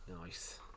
nice